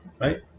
Right